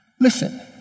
Listen